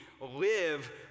live